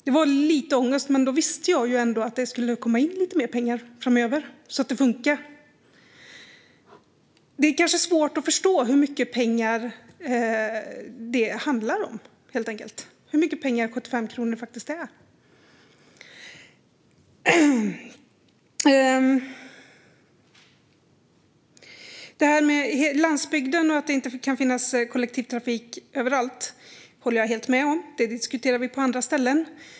Det var lite ångest, men då visste jag ändå att det skulle komma in lite mer pengar framöver, så det funkade. Det är kanske svårt att förstå hur mycket pengar det handlar om, hur mycket pengar 75 kronor faktiskt är. Detta med landsbygden och att det inte kan finnas kollektivtrafik överallt håller jag helt med om. Det diskuterar vi på andra ställen.